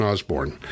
Osborne